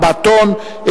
4 טונות.